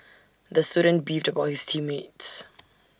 the student beefed about his team mates